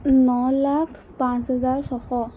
ন লাখ পাঁচ হেজাৰ ছশ